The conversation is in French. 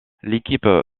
l’équipe